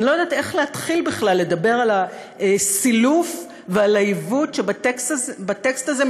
אני לא יודעת איך להתחיל בכלל לדבר על הסילוף ועל העיוות שבטקסט הזה,